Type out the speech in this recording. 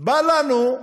באות לנו,